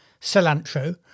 cilantro